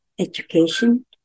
Education